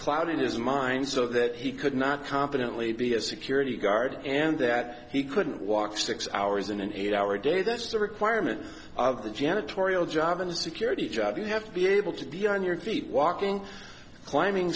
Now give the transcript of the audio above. clouded his mind so that he could not confidently be a security guard and that he couldn't walk six hours in an eight hour day that's the requirement of the janitorial job in a security job you have to be able to be on your feet walking climbing